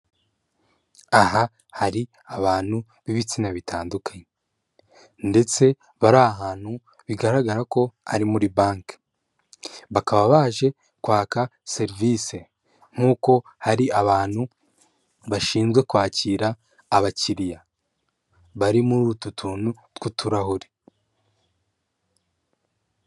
Aha hari abantu b'ibitsina bitandukanye ndetse bari ahantu bigaragara ko ari muri banki, bakaba baje kwaka serivisi nk'uko hari abantu bashinzwe kwakira abakiriya bari muri utu tuntu tw'utuhure.